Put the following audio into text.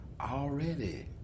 already